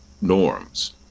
norms